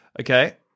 okay